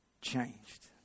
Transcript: changed